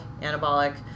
anabolic